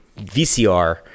VCR